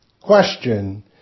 Question